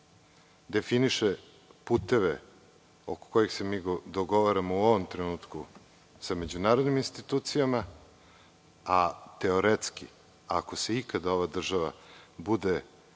definiše puteve oko kojih se mi dogovaramo u ovom trenutku sa međunarodnim institucijama, a teoretski, ako se ikada ova država bude